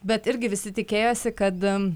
bet irgi visi tikėjosi kad